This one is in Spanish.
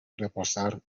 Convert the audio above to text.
reposar